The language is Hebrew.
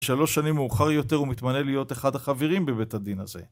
שלוש שנים מאוחר יותר הוא מתמנה להיות אחד החברים בבית הדין הזה.